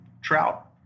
trout